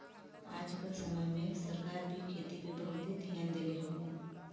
आज क समय में सरकार भी खेती पे बहुते धियान देले हउवन